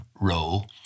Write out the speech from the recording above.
role